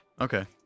Okay